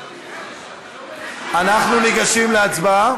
אנחנו ניגשים להצבעה?